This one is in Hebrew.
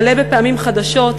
מלא בפעמים חדשות,